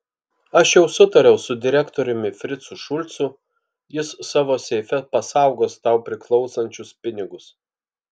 aš jau sutariau su direktoriumi fricu šulcu jis savo seife pasaugos tau priklausančius pinigus